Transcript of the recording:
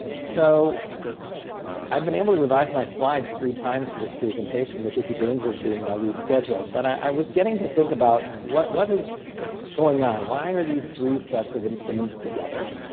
so i've been able to revise my slides three times for this presentation which is the danger of being ah rescheduled, but i was beginning to think about what what is going on, why are these three sets of instruments together?